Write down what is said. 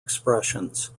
expressions